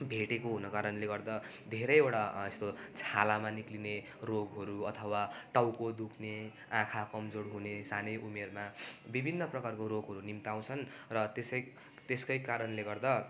भेटेको हुनुको कारणले गर्दा धेरैवटा यस्तो छालामा निक्लिने रोगहरू अथवा टाउको दुख्ने आँखा कमजोर हुने सानै उमेरमा विभिन्न प्रकारको रोगहरू निम्त्याउँछन् र त्यसै क त्यसकै कारणले गर्दा